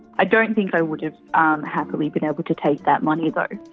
i don't think i would have um happily been able to take that money though.